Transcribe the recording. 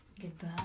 Goodbye